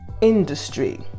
industry